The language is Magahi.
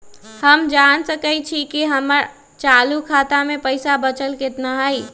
हम जान सकई छी कि हमर चालू खाता में पइसा बचल कितना हई